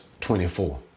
24